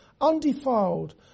undefiled